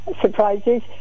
surprises